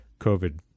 COVID